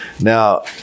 now